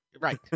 Right